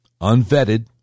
unvetted